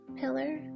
pillar